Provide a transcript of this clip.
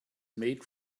made